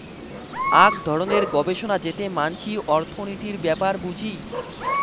আক ধরণের গবেষণা যেতে মানসি অর্থনীতির ব্যাপার বুঝি